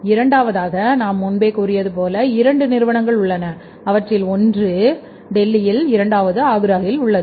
இரண்டாவதாக நான் முன்பே கூறியது போல இரண்டு நிறுவனங்கள் உள்ளன அவற்றில் ஒன்று டெல்லியில் இரண்டாவது ஆக்ராவில் உள்ளது